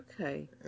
Okay